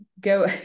go